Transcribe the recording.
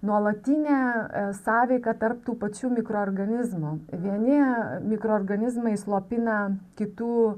nuolatinė sąveika tarp tų pačių mikroorganizmų vieni mikroorganizmai slopina kitų